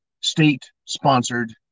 state-sponsored